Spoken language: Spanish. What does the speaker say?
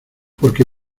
porque